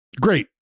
Great